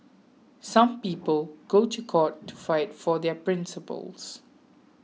some people go to court to fight for their principles